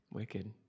Wicked